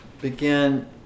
begin